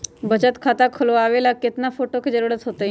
बचत खाता खोलबाबे ला केतना फोटो के जरूरत होतई?